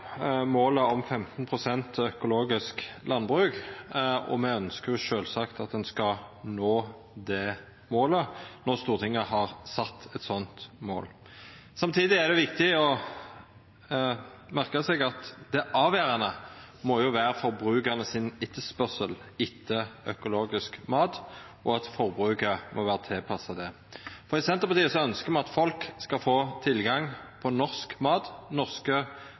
målet om 15 pst. økologisk landbruk, og me ønskjer sjølvsagt at ein skal nå det målet når Stortinget har sett eit sånt mål. Samtidig er det viktig å merka seg at det avgjerande må vera forbrukarane sin etterspurnad etter økologisk mat, og at forbruket må vera tilpassa det. I Senterpartiet ønskjer me at folk skal få tilgang på norsk mat, norske